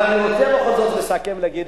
אבל אני רוצה בכל זאת לסכם ולהגיד,